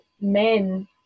men